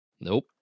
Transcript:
Nope